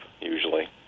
usually